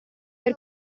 per